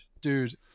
dude